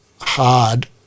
hard